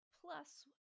plus